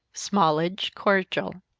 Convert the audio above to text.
smallage cordial.